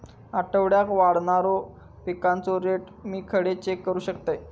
आठवड्याक वाढणारो पिकांचो रेट मी खडे चेक करू शकतय?